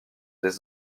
des